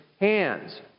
hands